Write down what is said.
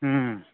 ꯎꯝ